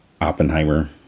Oppenheimer